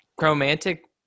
romantic